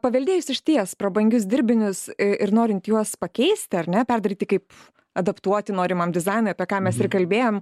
paveldėjus išties prabangius dirbinius ir norint juos pakeisti ar ne perdaryti kaip adaptuoti norimam dizainui apie ką mes ir kalbėjom